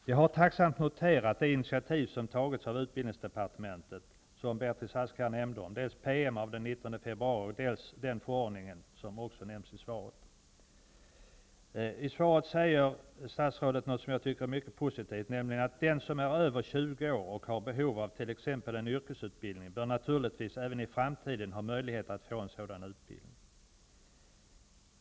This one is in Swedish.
Jag har tacksamt noterat det initiativ som tagits av utbildningsdepartementet, som Beatrice Ask nämnde här, dels ett PM av den 19 februari, dels den förordning som också nämns i svaret. I svaret säger statsrådet något som jag tycker är mycket positivt, nämligen att ''Den som är över 20 år och har behov av t.ex. en yrkesutbildning bör naturligtvis även i framtiden ha möjlighet att få en sådan utbildning.''